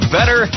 Better